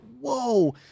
whoa